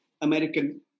American